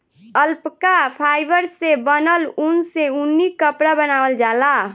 alpaca fibre से बनल ऊन से ऊनी कपड़ा बनावल जाला